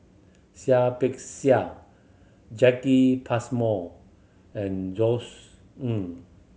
Seah Peck Seah Jacki Passmore and Ng